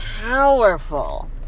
powerful